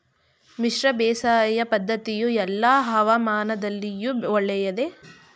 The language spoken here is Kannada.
ಮಿಶ್ರ ಬೇಸಾಯ ಪದ್ದತಿಯು ಎಲ್ಲಾ ಹವಾಮಾನದಲ್ಲಿಯೂ ಒಳ್ಳೆಯದೇ?